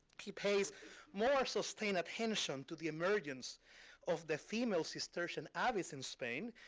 he pays more sustained attention to the emergence of the female cistercian abbeys in spain,